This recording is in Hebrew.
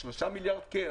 3 מיליארד כן.